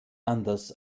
anders